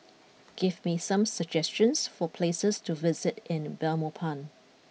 give me some suggestions for places to visit in Belmopan